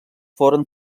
foren